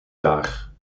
jaar